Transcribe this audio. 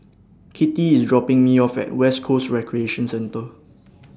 Kittie IS dropping Me off At West Coast Recreation Centre